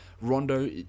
Rondo